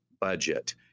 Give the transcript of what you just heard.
budget